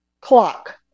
clock